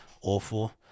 Awful